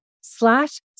slash